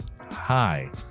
Hi